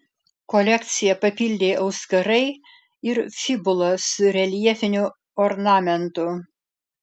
kolekciją papildė auskarai ir fibula su reljefiniu ornamentu